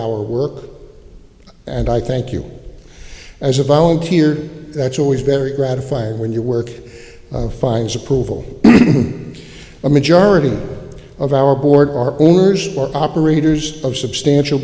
our work and i thank you as a volunteer that's always very gratifying when your work finds approval a majority of our board or owners or operators of substantial